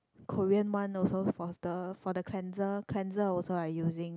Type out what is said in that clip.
Korean one also for the for the cleanser cleanser also I using